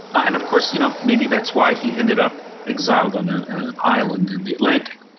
and of course you know maybe that's why he ended up exiled on ah and island in the atlantic.